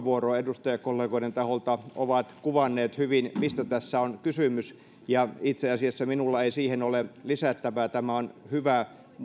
puheenvuoroa edustajakollegoiden taholta ovat kuvanneet hyvin mistä tässä on kysymys ja itse asiassa minulla ei siihen ole lisättävää on hyvä